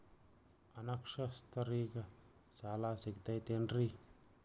ಅನಕ್ಷರಸ್ಥರಿಗ ಸಾಲ ಸಿಗತೈತೇನ್ರಿ?